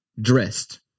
dressed